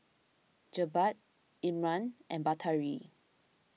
Jebat Imran and Batari